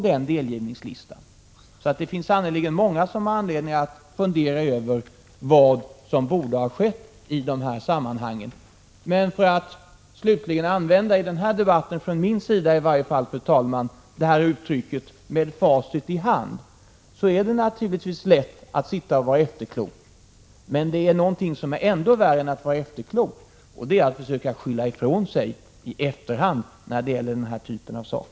Det finns alltså sannerligen många som har anledning att fundera över vad som borde ha skett i dessa sammanhang. För att till sist, fru talman, använda uttrycket ”med facit i hand” är det naturligtvis lätt att vara efterklok. Men det finns något som är ännu värre än att vara efterklok, och det är att försöka skylla ifrån sig i efterhand i dessa frågor.